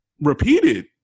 repeated